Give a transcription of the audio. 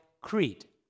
Crete